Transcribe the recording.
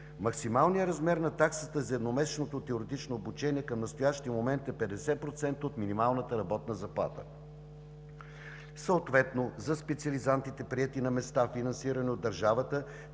Максималният размер на таксата за едномесечното теоретично обучение към настоящия момент е 50% от минималната работна заплата. Съответно за специализантите, приети на места, финансирани от държавата,